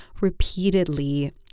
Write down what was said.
repeatedly